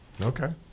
okay